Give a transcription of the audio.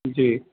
جی